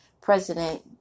president